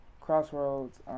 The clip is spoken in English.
Crossroads